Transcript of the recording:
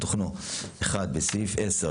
1. בסעיף 10,